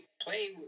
play